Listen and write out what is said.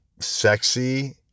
sexy